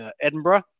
Edinburgh